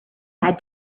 had